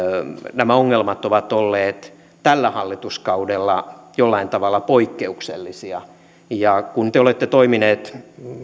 nämä ongelmat ovat olleet tällä hallituskaudella jollain tavalla poikkeuksellisia kun te olette toiminut